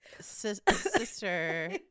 Sister